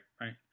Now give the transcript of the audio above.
Right